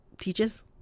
teaches